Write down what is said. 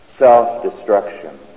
Self-destruction